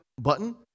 button